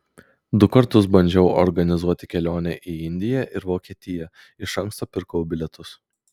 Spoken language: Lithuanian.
du kartus bandžiau organizuoti kelionę į indiją ir vokietiją iš anksto pirkau bilietus